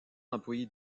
employé